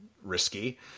risky